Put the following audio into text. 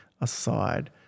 aside